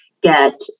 get